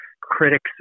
critics